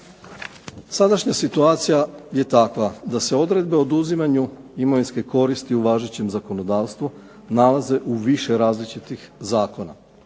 Sadašnja situacija je takva da se odredbe o oduzimanju imovinske koristi u važećem zakonodavstvu nalaze u više različitih zakona